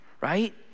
right